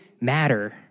matter